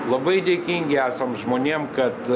labai dėkingi esam žmonėm kad